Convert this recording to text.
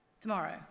tomorrow